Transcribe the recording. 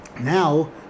Now